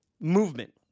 movement